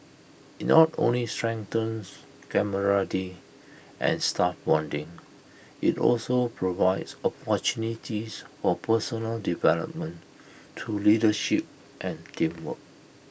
IT not only strengthens camaraderie and staff bonding IT also provides opportunities for personal development through leadership and teamwork